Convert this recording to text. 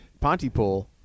Pontypool